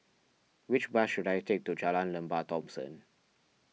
which bus should I take to Jalan Lembah Thomson